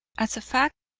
as a fact,